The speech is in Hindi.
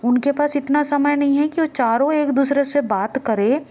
उनके पास इतना समय नहीं है कि वो चारों एक दूसरे से बात करें